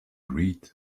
read